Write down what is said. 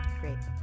Great